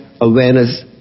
Awareness